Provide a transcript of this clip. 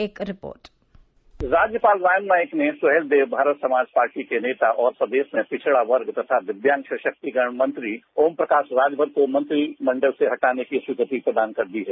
एक रिपोर्ट राज्यपाल राम नाईक ने सुहेलदेव भारत समाज पार्टी के नेता और प्रदेश में पिछड़ा वर्ग तथा दिव्यांग सशक्तिकरण मंत्री ओमप्रकाश राजभर को मंत्रिमंडल से हटाने की स्वीक्रति प्रदान कर दी है